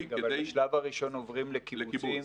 --- אבל בשלב הראשון עוברים לקיבוצים.